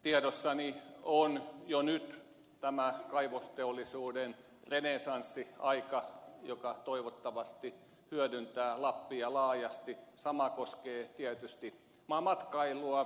tiedossani on jo nyt tämä kaivosteollisuuden renessanssi aika joka toivottavasti hyödyntää lappia laajasti sama koskee tietysti matkailua